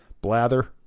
Blather